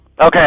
Okay